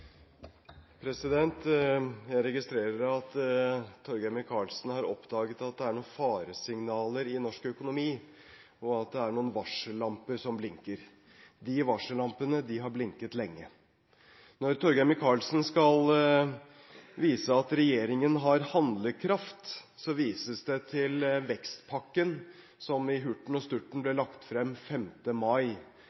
noen faresignaler i norsk økonomi, og at det er noen varsellamper som blinker. De varsellampene har blinket lenge. Når Torgeir Micaelsen skal vise at regjeringen har handlekraft, vises det til vekstpakken som i hurten og sturten ble